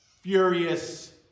furious